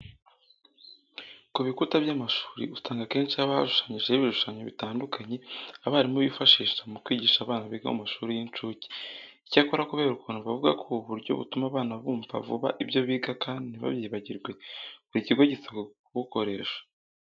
Ku bikuta by'amashuri usanga akenshi haba hashushanyijeho ibishushanyo bitandukanye abarimu bifashisha mu kwigisha bana biga mu mashuri y'incuke. Icyakora kubera ukuntu bavuga ko ubu buryo butuma abana bumva vuba ibyo biga kandi ntibabyibagirwe, buri kigo gisabwa kubukoresha.